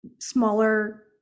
smaller